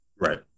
Right